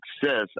success